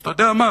אז אתה יודע מה,